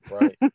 Right